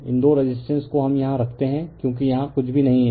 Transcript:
इन दो रेसिस्टेंस को हम यहां रखते हैं क्योंकि यहां कुछ भी नहीं हैं